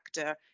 actor